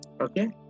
Okay